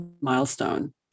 milestone